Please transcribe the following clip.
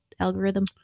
algorithm